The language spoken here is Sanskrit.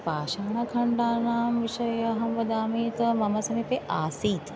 पाषणखण्डानां विषये अहं वदामि त मम समीपे आसीत्